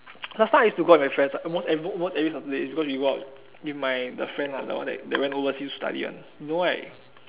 last time I used to go out with my friends ah almost every almost every Saturday because we go out with my the friend ah that one that taht went overseas to study [one] you know right